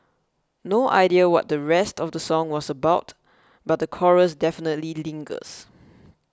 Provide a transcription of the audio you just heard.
no idea what the rest of the song was about but the chorus definitely lingers